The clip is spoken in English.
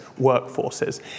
workforces